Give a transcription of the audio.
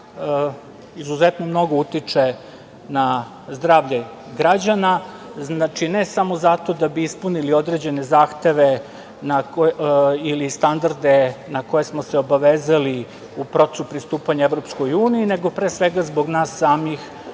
izuzetno mnogo utiče na zdravlje građana. Znači ne samo zato da bi ispunili određene zahteve ili standarde na koje smo se obavezali u procesu pristupanja EU, nego pre svega zbog nas samih